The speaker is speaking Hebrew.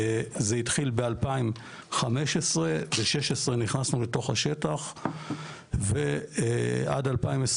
זה התחיל ב-2015, ב-16 נכנסנו לתוך השטח ועד 2019,